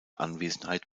anwesenheit